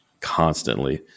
constantly